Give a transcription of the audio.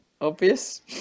obvious